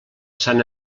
sant